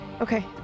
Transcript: okay